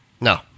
No